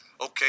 Okay